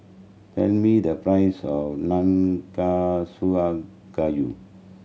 tell me the price of Nanakusa Gayu